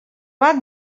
bat